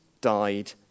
died